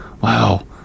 Wow